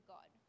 God